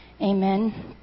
Amen